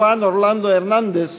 חואן אורלנדו הרננדז,